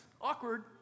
Awkward